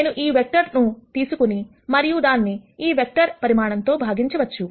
నేను ఈ వెక్టర్ ను తీసుకుని మరియు దానిని ఈ వెక్టర్ పరిమాణంతో భాగించవచ్చు